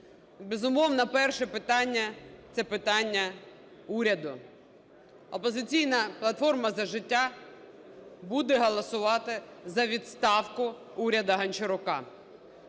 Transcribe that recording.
Безумовно, перше питання – це питання уряду. "Опозиційна платформа – За життя" буде голосувати за відставку уряду Гончарука.